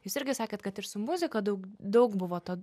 jūs irgi sakėt kad ir su muzika daug daug buvo to